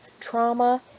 trauma